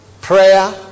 Prayer